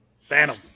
Phantom